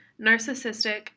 narcissistic